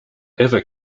ever